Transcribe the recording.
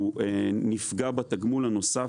הוא נפגע בתגמול הנוסף,